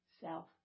self